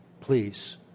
Please